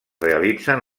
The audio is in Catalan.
realitzen